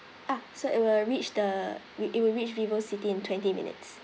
ah so it will reach the it it will reach vivocity in twenty minutes